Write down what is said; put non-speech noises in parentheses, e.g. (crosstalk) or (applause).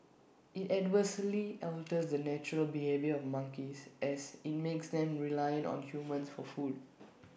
IT adversely alters the natural behaviour of monkeys as in makes them reliant on humans (noise) for food